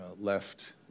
left